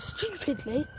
Stupidly